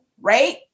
right